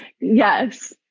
yes